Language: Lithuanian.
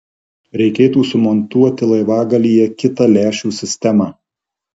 reikėtų sumontuoti laivagalyje kitą lęšių sistemą